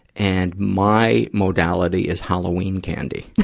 and my modality is halloween candy.